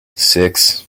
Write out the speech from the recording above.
six